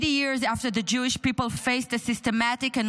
80 years after the Jewish People faced a systematic and